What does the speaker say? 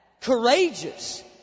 courageous